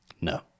No